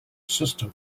system